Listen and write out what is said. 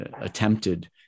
attempted